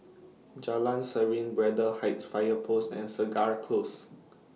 Jalan Serene Braddell Heights Fire Post and Segar Close